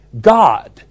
God